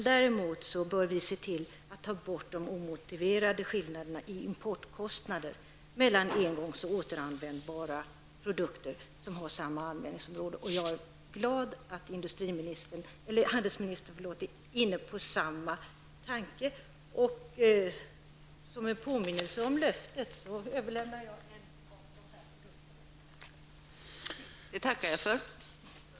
Däremot bör vi se till ta bort de omotiverade skillnaderna i importkostnader mellan engångs och återanvändbara produkter som har samma användningsområde. Jag är glad att utrikeshandelsministern är inne på samma tanke. Som en påminnelse om löftet vill jag överlämna dessa produkter.